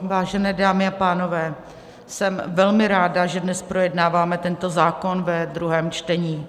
Vážené dámy a pánové, jsem velmi ráda, že dnes projednáváme tento zákon ve druhém čtení.